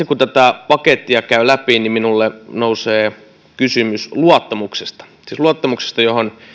kun tätä pakettia käy läpi nousee kysymys luottamuksesta siis luottamuksesta mihin